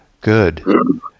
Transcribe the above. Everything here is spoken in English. good